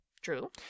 True